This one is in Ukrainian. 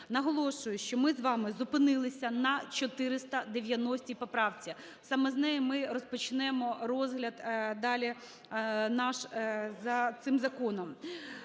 Наголошую, що ми з вами зупинилися на 490 поправці. Саме з неї ми розпочнемо розгляд далі наш за цим законом.